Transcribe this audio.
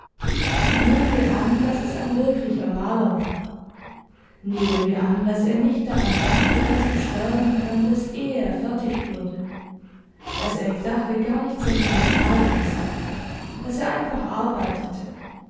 nehmen wir an daß es ein wirklicher maler war nehmen wir an daß er nicht daran dachte daß du sterben könntest ehe er fertig würde daß er die sache gar nicht sentimental ansah daß er einfach arbeitete